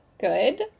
good